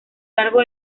largo